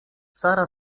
sara